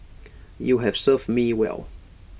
you have served me well